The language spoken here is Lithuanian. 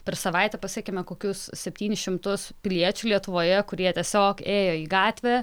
per savaitę pasiekėme kokius septynis šimtus piliečių lietuvoje kurie tiesiog ėjo į gatvę